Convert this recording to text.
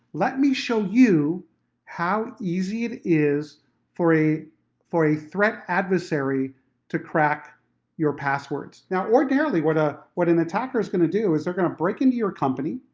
let me show you how easy it is for a for a threat adversary to crack your passwords. now ordinarily, what a what an attacker is going to do is they're gonna break into your company,